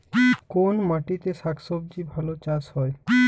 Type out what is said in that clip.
কোন মাটিতে শাকসবজী ভালো চাষ হয়?